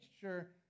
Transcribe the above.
sure